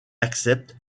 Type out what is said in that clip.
accepte